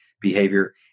behavior